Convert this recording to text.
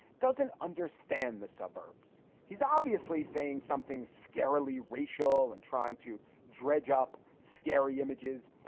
doesn't understand the suburbs. he's obviously saying something scarily racial and trying to dredge up scary images.